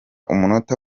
umunota